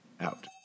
out